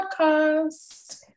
podcast